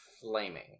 flaming